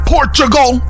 Portugal